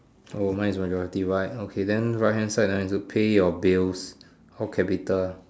oh mine is majority white okay then right hand side then need to pay your bills all capital